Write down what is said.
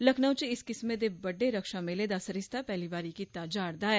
लखनउ च इस किस्मै दे बड्डे रक्षा मेले दा सरिस्ता पैहली बारी कीती जा'रदा ऐ